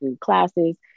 classes